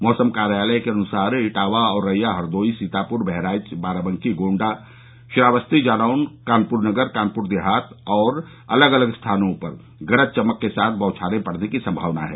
मौसम कार्यालय के अनुसार इटावा औरैया हरदोई सीतापुर बहराइच बाराबंकी गोंडा श्रावस्ती जालौन कानपुर नगर कानपुर देहात और अलग अलग स्थानों पर गरज चमक के साथ बौछारें पड़ने की संभावना है